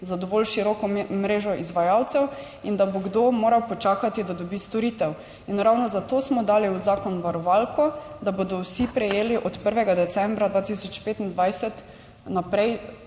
za dovolj široko mrežo izvajalcev in da bo kdo moral počakati, da dobi storitev in ravno zato smo dali v zakon varovalko, da bodo vsi prejeli od 1. decembra 2025 naprej